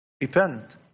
Repent